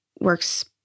works